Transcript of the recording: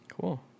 Cool